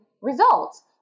results